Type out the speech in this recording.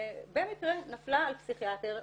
במקרה היא נפלה על פסיכיאטר,